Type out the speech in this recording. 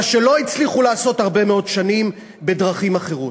מה שלא הצליחו לעשות הרבה מאוד שנים בדרכים אחרות.